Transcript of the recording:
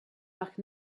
parc